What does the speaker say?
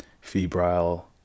febrile